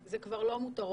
זה כבר לא מותרות.